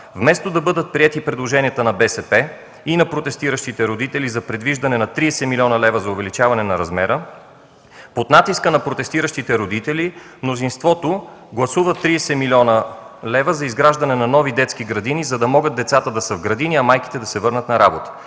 Вместо да бъдат приети предложенията на БСП и на протестиращите родители за предвиждане на 30 млн. лв. за увеличаване на размера, под натиска на протестиращите родители мнозинството гласува 30 млн. лв. за изграждане на нови детски градини, за да могат децата да са в градини, а майките да се върнат на работа.